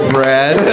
Brad